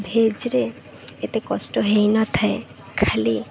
ଭେଜ୍ରେ ଏତେ କଷ୍ଟ ହୋଇନଥାଏ ଖାଲି